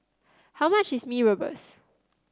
how much is Mee Rebus